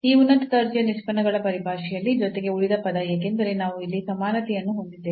ಈ ಉನ್ನತ ದರ್ಜೆಯ ನಿಷ್ಪನ್ನಗಳ ಪರಿಭಾಷೆಯಲ್ಲಿ ಜೊತೆಗೆ ಉಳಿದ ಪದ ಏಕೆಂದರೆ ನಾವು ಇಲ್ಲಿ ಸಮಾನತೆಯನ್ನು ಹೊಂದಿದ್ದೇವೆ